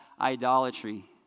idolatry